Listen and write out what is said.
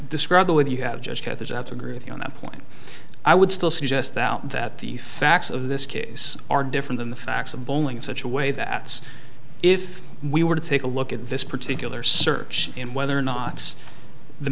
describe the way you have just got this out agree with you on that point i would still suggest that out that the facts of this case are different than the facts of bowling in such a way that if we were to take a look at this particular search in whether or not the